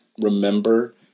remember